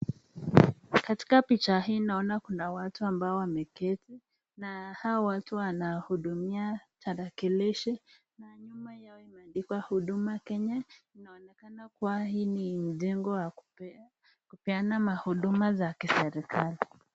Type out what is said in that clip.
Katika picha hii ninaona kuna watu ambao wameketi, na hawa watu wanatudumia tarakilishi nyumba yao imeandikwa huduma Kenya inaonekana kuwa hii ni jengo ya kupea huduma ya kiserikali.